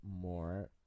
more